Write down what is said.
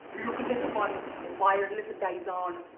look at this one, wireless dyson,